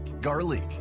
Garlic